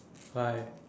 hi